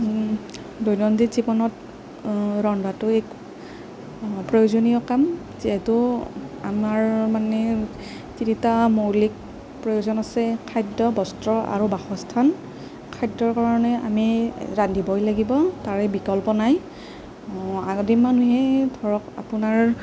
দৈনন্দিন জীৱনত ৰন্ধাটো এক প্ৰয়োজনীয় কাম যিহেতু আমাৰ মানে তিনিটা মৌলিক প্ৰয়োজন আছে খাদ্য় বস্ত্ৰ আৰু বাসস্থান খাদ্য়ৰ কাৰণে আমি ৰান্ধিবই লাগিব তাৰে বিকল্প নাই আদিম মানুহে ধৰক আপোনাৰ